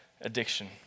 addiction